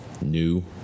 new